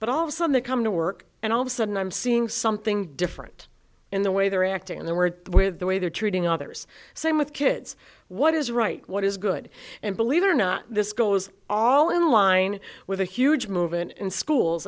but all of them that come to work and all of a sudden i'm seeing something different in the way they're acting in their words with the way they're treating others same with kids what is right what is good and believe it or not this goes all in line with a huge movement in schools